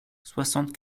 soixante